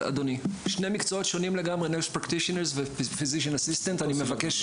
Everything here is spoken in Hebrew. אדוני Nurse Practitioners ו-Physician assistant אני מבקש